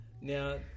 Now